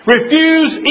Refuse